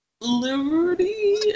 Liberty